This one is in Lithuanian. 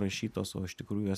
rašytos o iš tikrųjų